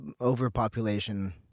overpopulation